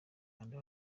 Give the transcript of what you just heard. kanda